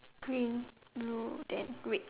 green blue then red